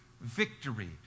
victory